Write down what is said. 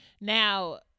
Now